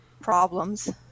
problems